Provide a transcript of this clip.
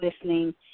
listening